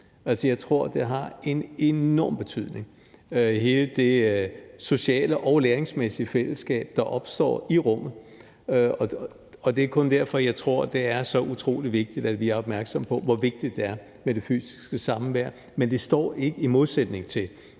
jeg tror, det har en enorm betydning med hele det sociale og læringsmæssige fællesskab, der opstår i rummet, og det er kun derfor, jeg tror, at det er så utrolig vigtigt, at vi er opmærksomme på, hvor vigtigt det er med det fysiske samvær. Det står ikke i modsætning til,